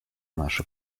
наши